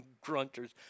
grunters